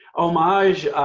homage,